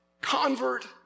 convert